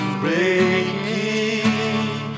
breaking